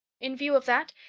in view of that,